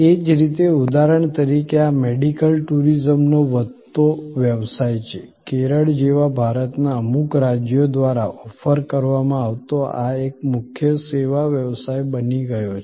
એ જ રીતે ઉદાહરણ તરીકે આ મેડિકલ ટુરિઝમનો વધતો વ્યવસાય છે કેરળ જેવા ભારતના અમુક રાજ્યો દ્વારા ઓફર કરવામાં આવતો આ એક મુખ્ય સેવા વ્યવસાય બની ગયો છે